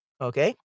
Okay